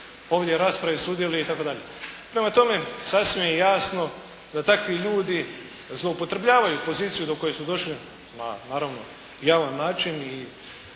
ovdje raspravi i sudjeluje itd. Prema tome, sasvim je jasno da takvi ljudi recimo upotrebljavaju poziciju do koje su došli na naravno javan način i